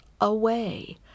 away